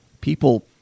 People